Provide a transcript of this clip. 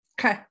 Okay